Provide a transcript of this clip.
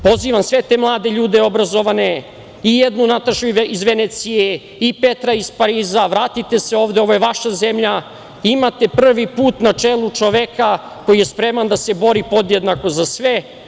Pozivam sve te mlade ljude, obrazovane i jednu Natašu iz Venecije, i Petra iz Pariza, vratite se ovde, ovde je vaša zemlja, imate prvi put na čelu čoveka koji je spreman da se bori podjednako za sve.